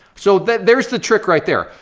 so there's the trick right there.